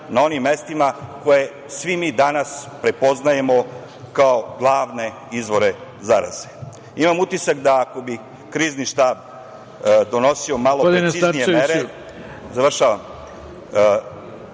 na onim mestima koje svi mi danas prepoznajemo kao glavne izvore zaraze. Imam utisak da ako bi krizni štab donosio malo preciznije mere da